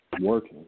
Working